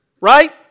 Right